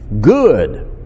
good